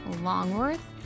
Longworth